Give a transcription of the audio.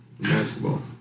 Basketball